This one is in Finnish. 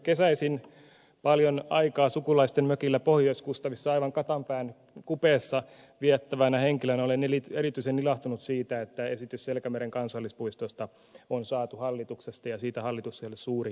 kesäisin paljon aikaa sukulaisten mökillä pohjois kustavissa aivan katanpään kupeessa viettävänä henkilönä olen erityisen ilahtunut siitä että esitys selkämeren kansallispuistosta on saatu hallituksesta ja siitä hallitukselle suuri kiitos